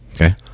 okay